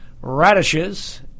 radishes